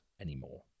anymore